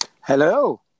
Hello